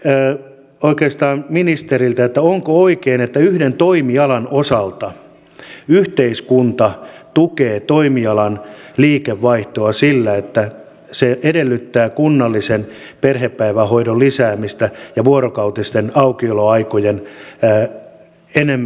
minä kysyn oikeastaan ministeriltä onko oikein että yhden toimialan osalta yhteiskunta tukee toimialan liikevaihtoa sillä että se edellyttää kunnallisen perhepäivähoidon lisäämistä ja vuorokautisten aukioloaikojen enenevää määrää